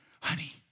Honey